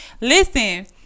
Listen